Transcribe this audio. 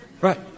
Right